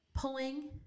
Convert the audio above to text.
Pulling